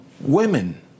women